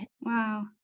Wow